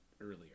earlier